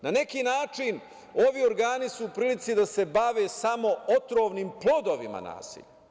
Na neki način ovi organi su u prilici da se bave samo otrovnim plodovima nasilja.